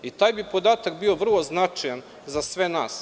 Taj bi podatak bio vrlo značajan za sve nas.